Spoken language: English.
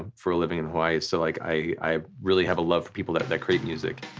ah for a living in hawaii, so like i really have a love for people that that create music.